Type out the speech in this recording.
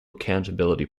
accountability